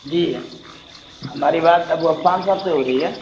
جی ہماری بات ابو عفان صاحب سے ہو رہی ہے